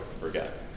forget